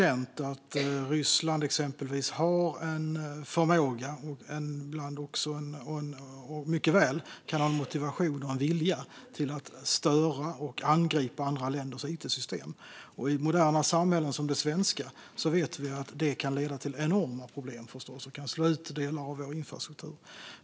Fru talman! Det är väl känt att exempelvis Ryssland har en förmåga - och ibland också mycket väl kan ha en motivation och en vilja - att störa och angripa andra länders it-system. I moderna samhällen, som det svenska, vet vi att det kan leda till enorma problem och slå ut delar av vår infrastruktur.